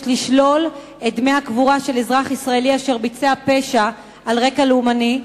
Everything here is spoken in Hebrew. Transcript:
לשלול את דמי הקבורה של אזרח ישראלי אשר ביצע פשע על רקע לאומני.